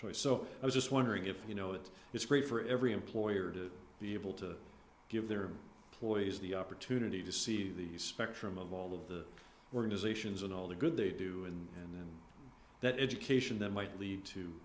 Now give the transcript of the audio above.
choice so i was just wondering if you know that it's great for every employer to be able to give their employees the opportunity to see the spectrum of all of the organizations and all the good they do and that education that might lead to